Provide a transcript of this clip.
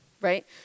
right